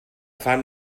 fan